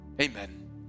Amen